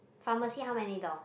pharmacy how many door